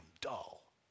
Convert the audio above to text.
dull